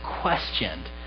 questioned